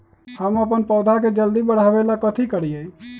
हम अपन पौधा के जल्दी बाढ़आवेला कथि करिए?